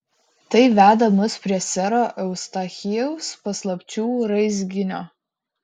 tai veda mus prie sero eustachijaus paslapčių raizginio